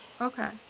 Okay